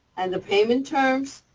and the payment terms.